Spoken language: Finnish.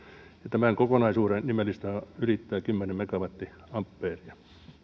tämän kokonaisuuden nimellisteho ylittää kymmenen megavolttiampeeria